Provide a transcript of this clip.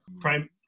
prime